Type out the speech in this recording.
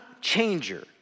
changer